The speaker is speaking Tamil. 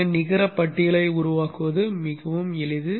எனவே நிகர பட்டியலை உருவாக்குவது மிகவும் எளிது